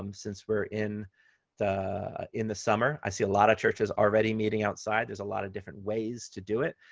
um since we're in the in the summer, i see a lot of churches already meeting outside. there's a lot of different ways to do it,